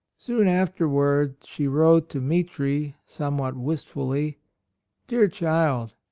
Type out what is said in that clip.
soon afterward she wrote to mitri, somewhat wistfully dear child,